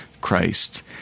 Christ